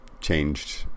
changed